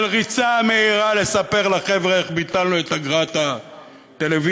של ריצה מהירה לספר לחבר'ה איך ביטלנו את אגרת הטלוויזיה,